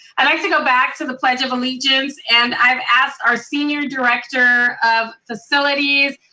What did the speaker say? i'd like to go back to the pledge of allegiance and i've asked our senior director of facilities,